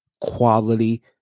quality